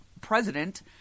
president